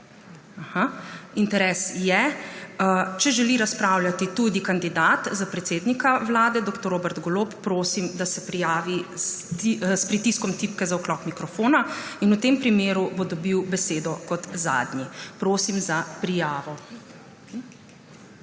Interes je. Če želi razpravljati tudi kandidat za predsednika Vlade dr. Robert Golob, prosim, da se prijavi s pritiskom tipke za vklop mikrofona. V tem primeru bo dobil besedo kot zadnji. Prosim za prijavo.